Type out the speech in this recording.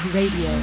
Radio